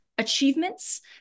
achievements